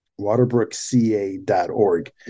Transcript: waterbrookca.org